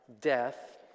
death